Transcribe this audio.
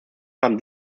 haben